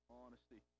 honesty